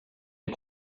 les